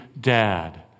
dad